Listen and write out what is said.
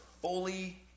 fully